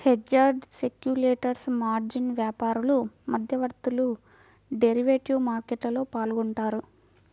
hedgers, speculators, margin వ్యాపారులు, మధ్యవర్తులు derivative మార్కెట్లో పాల్గొంటారు